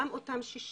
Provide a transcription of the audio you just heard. גם אותם 60